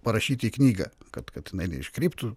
parašyti į knygą kad kad jinai neiškryptų